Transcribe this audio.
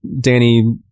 Danny